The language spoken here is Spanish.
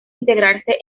integrarse